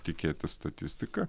tikėti statistika